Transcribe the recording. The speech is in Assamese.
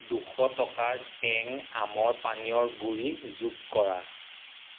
দুশ টকাৰ টেং আমৰ পানীয়ৰ গুড়ি যোগ কৰা